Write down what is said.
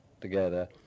together